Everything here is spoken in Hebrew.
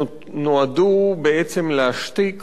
שנועדו בעצם להשתיק